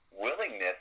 willingness